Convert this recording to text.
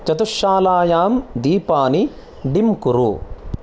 चतुःशालायां दीपानि डिम् कुरु